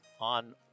on